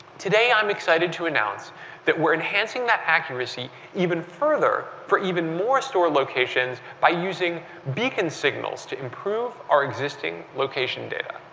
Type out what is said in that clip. today i'm excite ed to announce that we're enhance ing that accuracy even further for even more store locations by using beacon signals to improve our existing location data.